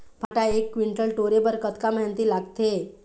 भांटा एक कुन्टल टोरे बर कतका मेहनती लागथे?